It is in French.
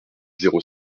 zéro